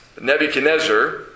Nebuchadnezzar